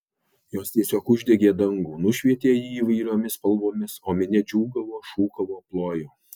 jos tiesiog uždegė dangų nušvietė jį įvairiomis spalvomis o minia džiūgavo šūkavo plojo